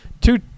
two